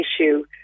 issue